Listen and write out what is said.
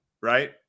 right